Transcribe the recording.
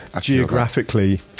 geographically